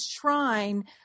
shrine